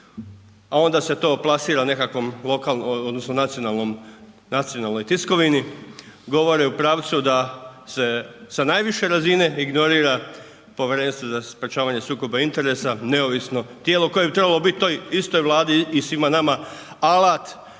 a onda se to plasira lokalnom odnosno nacionalnoj tiskovini, govore u pravcu da se sa najviše razine ignorira Povjerenstvo za sprječavanje sukoba interesa, neovisno tijelo koje bi trebalo biti toj istoj Vladi i svima nama alat